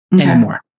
anymore